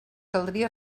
caldria